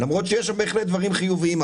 למרות שיש שם בהחלט דברים חיוביים.